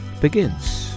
begins